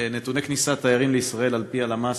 נתוני כניסת תיירים לישראל על-פי הלמ"ס